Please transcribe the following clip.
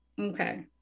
Okay